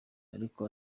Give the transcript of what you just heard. ariko